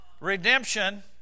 Redemption